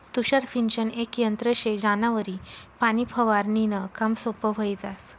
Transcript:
तुषार सिंचन येक यंत्र शे ज्यानावरी पाणी फवारनीनं काम सोपं व्हयी जास